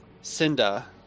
Cinda